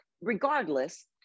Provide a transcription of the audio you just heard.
regardless